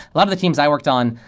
a lot of the teams i worked on,